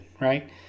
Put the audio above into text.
right